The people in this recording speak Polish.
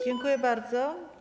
Dziękuję bardzo.